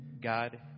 God